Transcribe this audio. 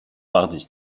bardi